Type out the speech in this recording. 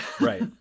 Right